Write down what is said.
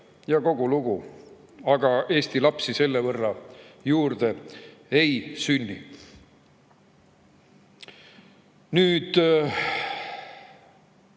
ja kogu lugu. Aga Eesti lapsi selle võrra juurde ei sünni. Tuletan